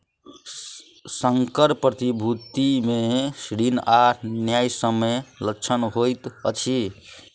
संकर प्रतिभूति मे ऋण आ न्यायसम्य लक्षण होइत अछि